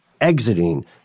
exiting